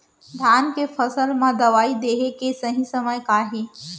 धान के फसल मा दवई देहे के सही समय का हे?